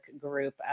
group